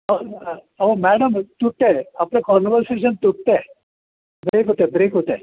अहो मॅडम तुटत आहे आपलं कॉन्वर्सेशन तुटत आहे ब्रेक होतं आहे ब्रेक होतं आहे